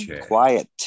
Quiet